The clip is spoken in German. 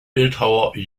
bildhauer